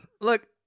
Look